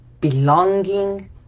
belonging